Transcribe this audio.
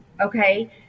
okay